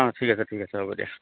অ ঠিক আছে ঠিক আছে হ'ব দিয়া